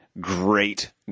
great